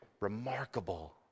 remarkable